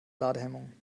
ladehemmungen